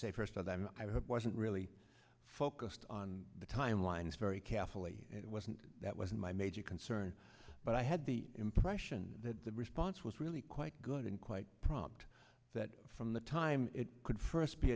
say first that i wasn't really focused on the timelines very carefully it wasn't that wasn't my major concern but i had the impression that the response was really quite good and quite prompt that from the time it could f